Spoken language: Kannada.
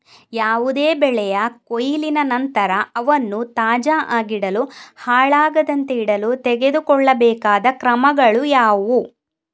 ಯಾವುದೇ ಬೆಳೆಯ ಕೊಯ್ಲಿನ ನಂತರ ಅವನ್ನು ತಾಜಾ ಆಗಿಡಲು, ಹಾಳಾಗದಂತೆ ಇಡಲು ತೆಗೆದುಕೊಳ್ಳಬೇಕಾದ ಕ್ರಮಗಳು ಯಾವುವು?